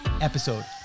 episode